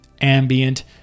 ambient